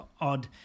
odd